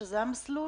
זה המסלול?